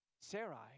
Sarai